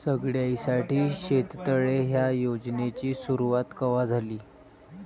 सगळ्याइसाठी शेततळे ह्या योजनेची सुरुवात कवा झाली?